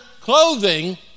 clothing